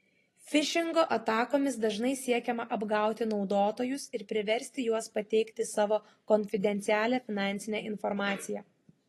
fišingo atakomis dažnai siekiama apgauti naudotojus ir priversti juos pateikti savo konfidencialią finansinę informaciją